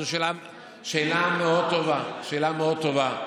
זו שאלה מאוד טובה, שאלה מאוד טובה.